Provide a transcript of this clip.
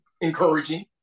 encouraging